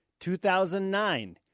2009